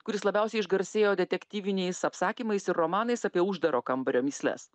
kuris labiausiai išgarsėjo detektyviniais apsakymais ir romanais apie uždaro kambario mįsles